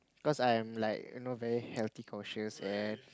cause I'm like you know very healthy conscious and